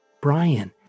Brian